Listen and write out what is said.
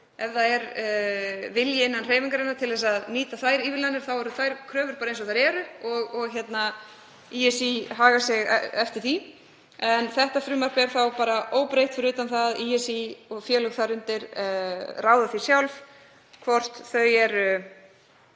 ef það er vilji innan hreyfingarinnar til að nýta þær ívilnanir þá eru þær kröfur eins og þær eru og ÍSÍ hagar sér eftir því. En þetta frumvarp er bara óbreytt fyrir utan það að ÍSÍ og félög þar undir ráða því sjálf hvort þau eru